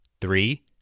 Three